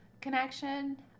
connection